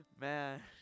man